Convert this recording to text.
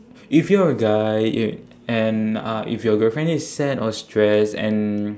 if you're a guy y~ and uh if your girlfriend is sad or stressed and